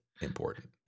important